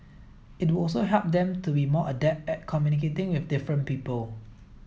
it would also help them be more adept at communicating with different people